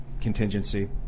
contingency